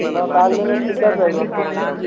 தோ காலைலேருந்து டிஸ்சார்ஜ்ல வந்து பாருங்கள் மேடம்